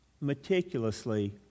meticulously